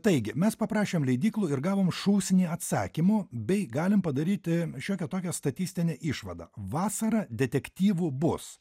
taigi mes paprašėm leidyklų ir gavom šūsnį atsakymų bei galim padaryti šiokią tokią statistinę išvadą vasarą detektyvų bus